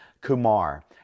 Kumar